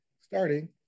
starting